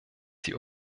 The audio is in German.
die